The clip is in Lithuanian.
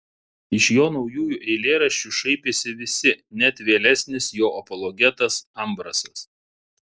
iš jo naujųjų eilėraščių šaipėsi visi net vėlesnis jo apologetas ambrasas